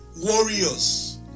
warriors